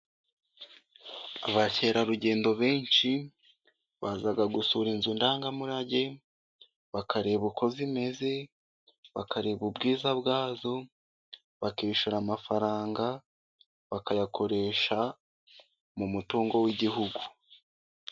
Abakerarugendo benshi baza gusura inzu ndangamurage, bakareba uko zimeze, bakareba ubwiza bwazo, bakishyura amafaranga, bakayakoresha mu mutungo w'igihugu.